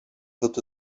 wird